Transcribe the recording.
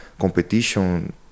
competition